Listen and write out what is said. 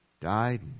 died